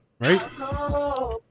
Right